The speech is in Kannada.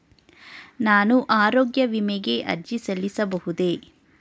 ನಾನು ಆರೋಗ್ಯ ವಿಮೆಗೆ ಅರ್ಜಿ ಸಲ್ಲಿಸಬಹುದೇ?